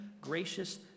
gracious